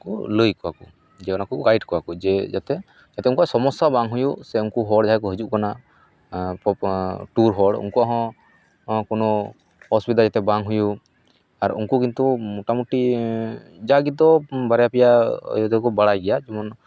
ᱠᱚ ᱞᱟᱹᱭᱟᱠᱚᱣᱟ ᱠᱚ ᱡᱮ ᱚᱱᱟ ᱠᱚ ᱜᱟᱹᱭᱤᱰ ᱠᱚᱣᱟᱠᱚ ᱡᱮ ᱡᱟᱛᱮ ᱡᱟᱛᱮ ᱩᱱᱠᱩᱟᱜ ᱥᱚᱢᱚᱥᱥᱟ ᱵᱟᱝ ᱦᱩᱭᱩᱜ ᱥᱮ ᱩᱱᱠᱩ ᱦᱚᱲ ᱡᱟᱦᱟᱸᱭ ᱠᱚ ᱦᱤᱡᱩᱜ ᱠᱟᱱᱟ ᱴᱩᱨ ᱦᱚᱲ ᱩᱱᱠᱩᱣᱟᱜ ᱦᱚᱸ ᱠᱚᱱᱚ ᱚᱥᱩᱵᱤᱫᱟ ᱡᱟᱛᱮ ᱵᱟᱝ ᱦᱩᱭᱩᱜ ᱟᱨ ᱩᱱᱠᱩ ᱠᱤᱱᱛᱩ ᱢᱳᱴᱟ ᱢᱩᱴᱤ ᱡᱟᱜᱮᱛᱚ ᱵᱟᱨᱭᱟ ᱯᱮᱭᱟ ᱤᱭᱟᱹ ᱫᱚᱠᱚ ᱵᱟᱲᱟᱭ ᱜᱮᱭᱟ ᱡᱮᱢᱚᱱ